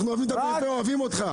אנחנו אוהבים אותך.